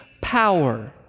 power